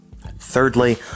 Thirdly